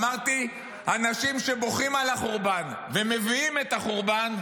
אמרתי: אנשים שבוכים על החורבן ומביאים את החורבן,